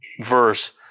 verse